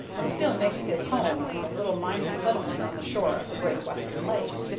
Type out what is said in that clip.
and still makes his home in the little mining settlement on the shore of the great western lake.